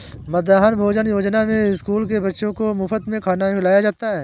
मध्याह्न भोजन योजना में स्कूल के बच्चों को मुफत में खाना खिलाया जाता है